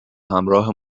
همراه